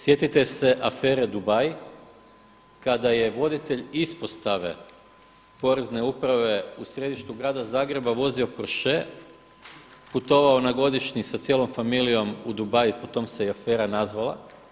Sjetite se afere Dubai kada je voditelj ispostave porezne uprave u središtu Grada Zagreba vozio Porshe, putovao na godišnji sa cijelom familijom u Dubai, po tome se i afera nazvala.